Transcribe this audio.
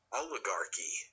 oligarchy